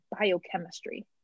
biochemistry